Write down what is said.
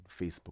facebook